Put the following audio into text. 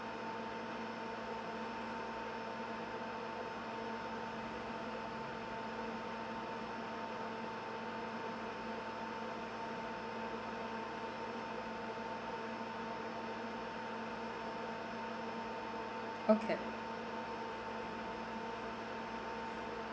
okay